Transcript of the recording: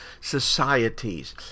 societies